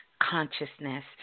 consciousness